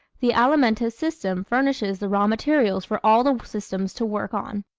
the alimentive system furnishes the raw materials for all the systems to work on.